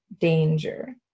danger